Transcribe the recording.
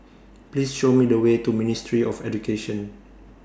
Please Show Me The Way to Ministry of Education